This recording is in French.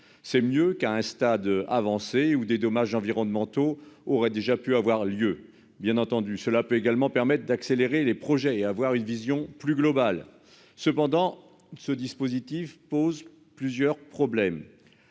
C'est mieux qu'à un stade avancé ou des dommages environnementaux aurait déjà pu avoir lieu. Bien entendu, cela peut également permettre d'accélérer les projets et à avoir une vision plus globale. Cependant ce dispositif pose plusieurs problèmes.